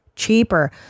cheaper